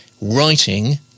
writing